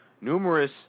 numerous